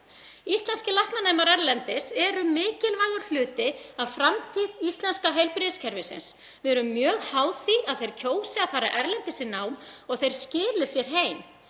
Íslenskir læknanemar erlendis eru mikilvægur hluti af framtíð íslenska heilbrigðiskerfisins. Við erum mjög háð því að þeir kjósi að fara erlendis í nám og að þeir skili sér heim.